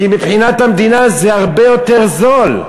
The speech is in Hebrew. כי מבחינת המדינה זה הרבה יותר זול.